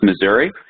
Missouri